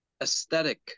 aesthetic